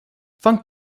funk